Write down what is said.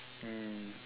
mm